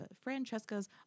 Francesca's